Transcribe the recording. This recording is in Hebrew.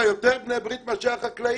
אין יותר בני ברית יותר מאשר החקלאים.